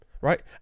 right